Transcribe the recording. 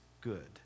good